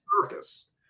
circus